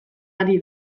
ari